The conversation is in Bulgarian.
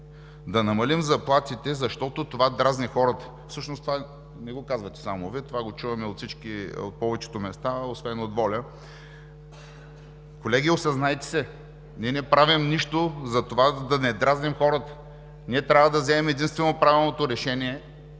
да намалим заплатите, защото това дразни хората. Всъщност това не го казвате само Вие – това го чуваме от повечето места освен от ВОЛЯ. Колеги, осъзнайте се! Ние не правим нищо затова, за да не дразним хората. Ние трябва да вземем единствено правилното решение